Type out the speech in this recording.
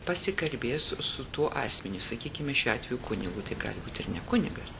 pasikalbės su tuo asmeniu sakykime šiuo atveju kunigu tai gali būti ir ne kunigas